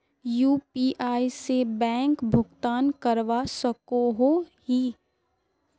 UPI से bank भुगतान करवा सकोहो ही?